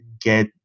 get